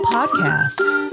Podcasts